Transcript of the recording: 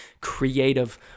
creative